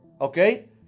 okay